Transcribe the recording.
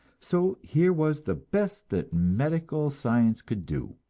so here was the best that medical science could do.